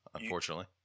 Unfortunately